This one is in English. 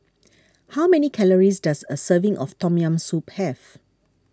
how many calories does a serving of Tom Yam Soup have